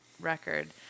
record